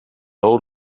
old